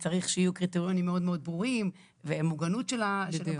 וצריך שיהיה קריטריונים מאוד מאוד ברורים ומוגנות של הבנות.